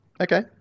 Okay